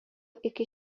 iki